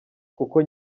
kuko